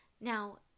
Now